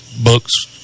books